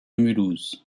mulhouse